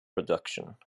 production